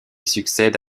succède